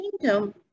Kingdom